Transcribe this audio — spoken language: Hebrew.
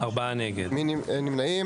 מי נמנעים?